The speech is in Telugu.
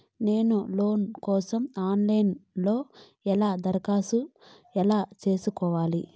నేను లోను కోసం ఆన్ లైను లో ఎలా దరఖాస్తు ఎలా సేసుకోవాలి?